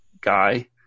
guy